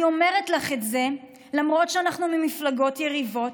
אני אומרת לך את זה למרות שאנחנו ממפלגות יריבות: